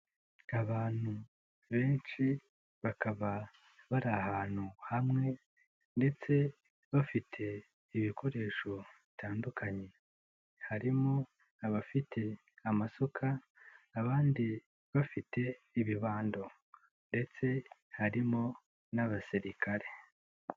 Abantu benshi bakaba bari ahantu hamwe ndetse bafite ibikoresho bitandukanye. Harimo abafite amasuka abandi bafite ibibando ndetse harimo n'abasirikare.